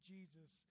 Jesus